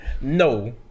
No